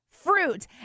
fruit